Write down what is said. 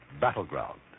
battleground